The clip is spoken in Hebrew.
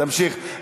תמשיך.